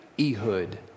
Ehud